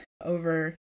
over